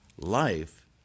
Life